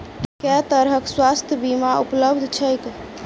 केँ तरहक स्वास्थ्य बीमा उपलब्ध छैक?